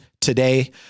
today